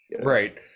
Right